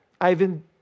Ivan